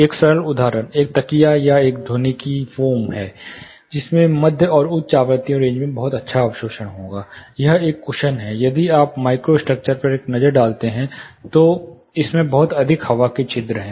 एक सरल उदाहरण एक तकिया या एक ध्वनिकी फोम है जिसमें मध्य और उच्च आवृत्ति रेंज में बहुत अच्छा अवशोषण होगा यह एक कुशन है यदि आप माइक्रोस्ट्रक्चर पर एक नज़र डालें तो इसमें बहुत अधिक हवा के छिद्र हैं